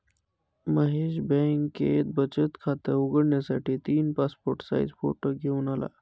महेश बँकेत बचत खात उघडण्यासाठी तीन पासपोर्ट साइज फोटो घेऊन आला